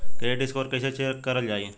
Credit score कइसे check करल जायी?